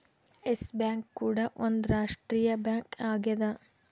S Bank ಕೂಡ ಒಂದ್ ರಾಷ್ಟ್ರೀಯ ಬ್ಯಾಂಕ್ ಆಗ್ಯದ